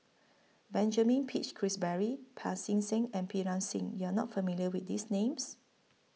Benjamin Peach Keasberry Pancy Seng and Pritam Singh YOU Are not familiar with These Names